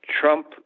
Trump